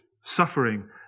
suffering